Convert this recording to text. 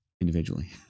individually